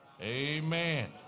Amen